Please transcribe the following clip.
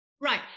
Right